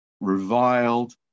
reviled